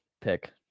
pick